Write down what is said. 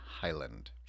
Highland